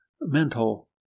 mental